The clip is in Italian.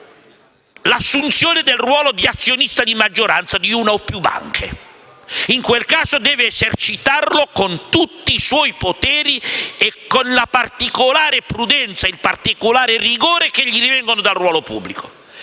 l'assunzione del ruolo di azionista di maggioranza di una o più banche. In quel caso deve esercitarlo con tutti i suoi poteri e con la particolare prudenza e il particolare rigore che gli vengono dal ruolo pubblico.